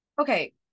Okay